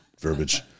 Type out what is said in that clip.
verbiage